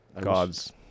Gods